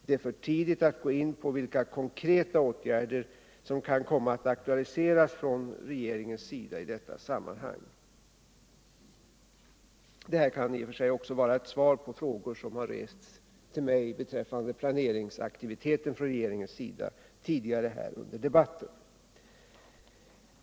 Det är för tidigt att gå in på vilka konkreta åtgärder som kan komma att aktualiseras från regeringens sida i detta sammanhang. Vad jag nu sagt kan också vara ett svar på de frågor som tidigare under debatten ställts till mig beträffande regeringens planeringsaktivitet.